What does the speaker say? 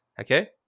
Okay